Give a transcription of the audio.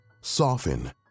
soften